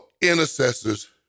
intercessors